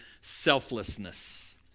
selflessness